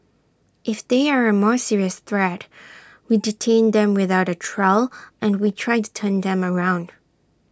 if they are A more serious threat we detain them without trial and we try and turn them around